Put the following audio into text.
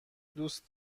دوست